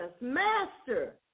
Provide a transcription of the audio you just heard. Master